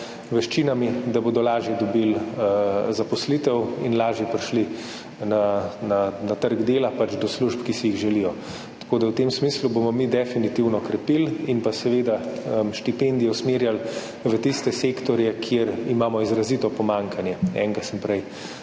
veščinami, da bodo lažje dobili zaposlitev in lažje prišli na trg dela, pač do služb, ki si jih želijo. Tako da v tem smislu bomo mi definitivno krepili in pa seveda štipendije usmerjali v tiste sektorje, kjer imamo izrazito pomanjkanje, enega sem prej